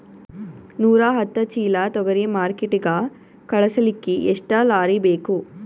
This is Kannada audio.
ನೂರಾಹತ್ತ ಚೀಲಾ ತೊಗರಿ ಮಾರ್ಕಿಟಿಗ ಕಳಸಲಿಕ್ಕಿ ಎಷ್ಟ ಲಾರಿ ಬೇಕು?